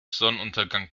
sonnenuntergang